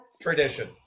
tradition